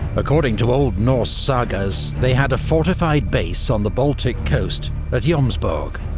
according to old norse sagas, they had a fortified base on the baltic coast, at jomsborg.